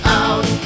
out